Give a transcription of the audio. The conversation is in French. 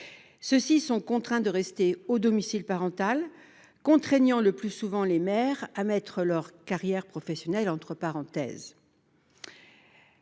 eux sont contraints de rester au domicile parental, ce qui oblige le plus souvent les mères à mettre leur carrière professionnelle entre parenthèses.